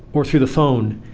or through the phone,